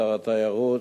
שר התיירות,